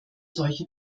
solche